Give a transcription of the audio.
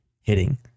hitting